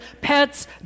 pets